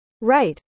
Right